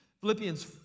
Philippians